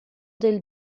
del